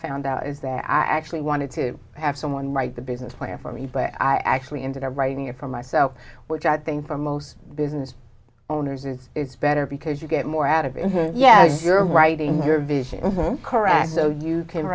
found out is that i actually wanted to have someone write the business plan for me but i actually ended up writing it for myself which i think for most business owners is better because you get more out of it yeah you're writing your vision correct so you can